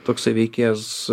toksai veikėjas